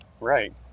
Right